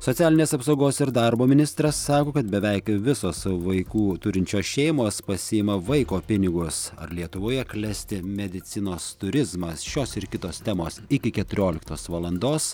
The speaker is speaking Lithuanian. socialinės apsaugos ir darbo ministras sako kad beveik visos savo vaikų turinčios šeimos pasiima vaiko pinigus ar lietuvoje klesti medicinos turizmas šios ir kitos temos iki keturioliktos valandos